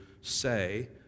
say